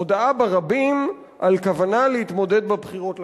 הודעה ברבים על כוונה להתמודד בבחירות לכנסת.